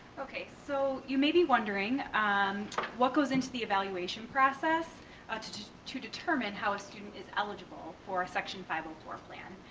okay, so you may be wondering um what goes into the evaluation process to determine how a student is eligible for section five hundred and four plan.